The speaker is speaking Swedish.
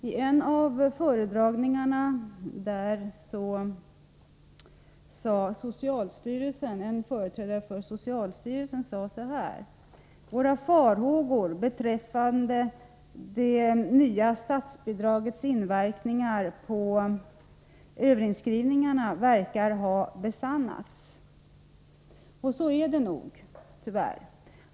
I en av föredragningarna sade en företrädare för socialstyrelsen så här: Våra farhågor beträffande det nya statsbidragets inverkan på överinskrivningarna verkar ha besannats. Och så är det nog tyvärr.